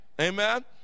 Amen